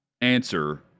answer